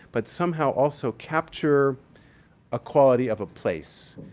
but somehow also capture a quality of a place.